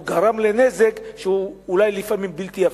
או גרם לנזק שהוא אולי לפעמים בלתי הפיך.